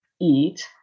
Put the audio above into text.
eat